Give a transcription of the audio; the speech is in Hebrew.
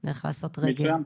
נלך לעשות רגל.